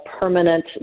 permanent